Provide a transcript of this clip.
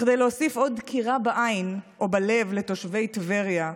כדי להוסיף עוד דקירה בעין או בלב לתושבי טבריה,